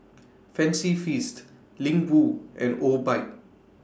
Fancy Feast Ling Wu and Obike